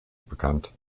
bekannt